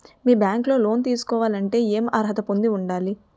మీ bank లో loan తీసుకోవాలంటే ఎం అర్హత పొంది ఉండాలి?